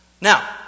Now